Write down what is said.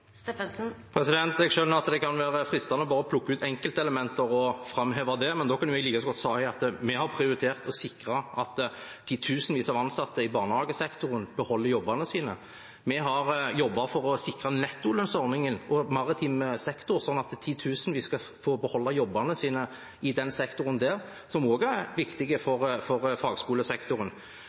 Jeg skjønner at det kan være fristende bare å plukke ut enkeltelementer og framheve det, men da kunne vi like godt sagt at vi har prioritert å sikre at titusenvis av ansatte i barnehagesektoren beholder jobbene sine. Vi har jobbet for å sikre nettolønnsordningen i maritim sektor, sånn at titusenvis skal få beholde jobbene sine i den sektoren, som også er viktig for fagskolesektoren.